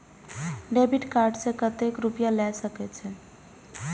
Debit card से कतेक रूपया ले सके छै?